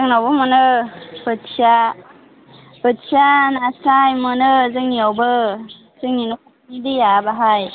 जोंनावबो मोनो बोथिया बोथिया नास्राय मोनो जोंनिआवबो जोंनि न' खाथिनि दैआ बाहाय